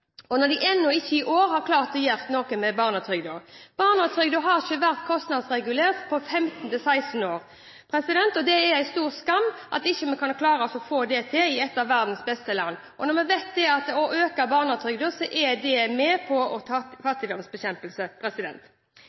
fattigdomsbekjempelse, når de ennå ikke har klart å gjøre noe med barnetrygden. Barnetrygden har ikke vært kostnadsregulert på 15–16 år. Det er en stor skam at vi ikke kan klare å få til det i et av verdens beste land, når vi vet at ved å øke barnetrygden er det med på å